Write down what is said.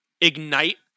ignite